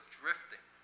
drifting